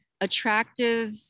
attractive